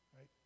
right